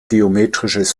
biometrisches